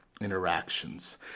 interactions